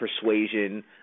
persuasion